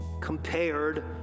compared